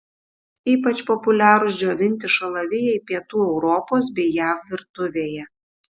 ypač populiarūs džiovinti šalavijai pietų europos bei jav virtuvėje